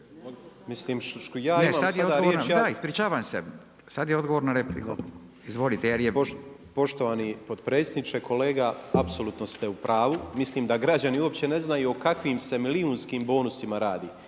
rasprave …/Upadica se ne čuje./… Da ispričavam se, sad je odgovor na repliku. Izvolite. **Grmoja, Nikola (MOST)** Poštovani potpredsjedniče. Kolega, apsolutno ste u pravu. Mislim da građani uopće ne znaju o kakvim se milijunskim bonusima radi